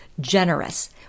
generous